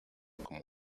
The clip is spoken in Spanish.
como